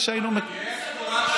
איזשהו תו"ל,